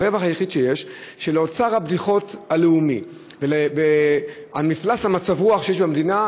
הרווח היחיד שיש הוא לאוצר הבדיחות ולמפלס מצב הרוח במדינה,